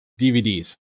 DVDs